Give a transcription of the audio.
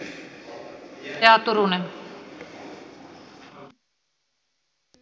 arvoisa puhemies